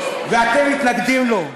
תשמש דוגמה, זה הכול, ואתם מתנגדים לו.